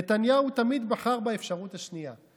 נתניהו תמיד בחר באפשרות השנייה.